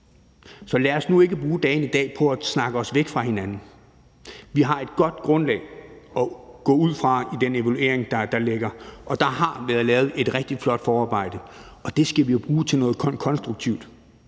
så lad os nu ikke bruge dagen i dag på at snakke os væk fra hinanden. Vi har et godt grundlag at gå ud fra i den evaluering, der ligger, og der har været lavet et rigtig flot forarbejde, og det skal vi bruge til noget konstruktivt.